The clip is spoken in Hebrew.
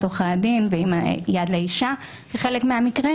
עורכי הדין ועם "יד לאישה" בחלק מהמקרים.